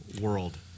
world